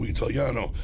Italiano